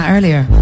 Earlier